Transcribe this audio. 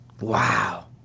Wow